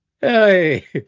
Hey